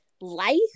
life